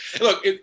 Look